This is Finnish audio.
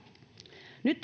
nyt